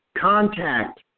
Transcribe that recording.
contact